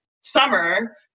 summer